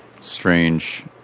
strange